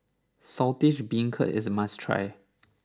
Saltish Beancurd is a must try